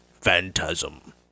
Phantasm